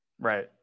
right